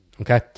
Okay